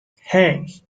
hey